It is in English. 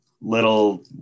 little